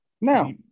no